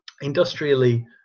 industrially